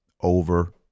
Over